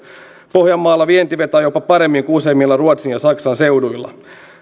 pohjanmaalla vienti vetää jopa paremmin kuin useimmilla ruotsin ja saksan seuduilla